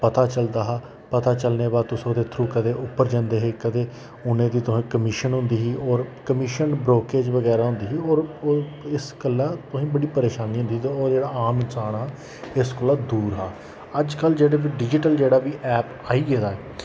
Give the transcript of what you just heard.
पता चलदा हा पता चलनें दे बाद तुस ओह्दे थ्रू कदे उप्पर जंदे हे कदे उनें दी तुसें कमिशन होंदी ही और कमिशन ब्रोकेज वगैरा होंदी ही और और इस गल्ला तुसें बड़ी परेशानी होंदी ही ते ओह् जेह्ड़ा आम इंसान हा इस कोला दूर हा अजकल्ल जेह्ड़े वी डिजिटल जेह्ड़ा वी ऐप आई गेदा